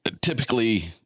typically